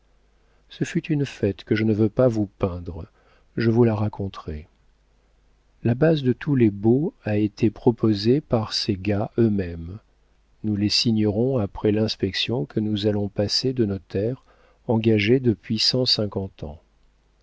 ce fut une fête que je ne veux pas vous peindre je vous la raconterai la base de tous les baux a été proposée par ces gars eux-mêmes nous les signerons après l'inspection que nous allons passer de nos terres engagées depuis cent cinquante ans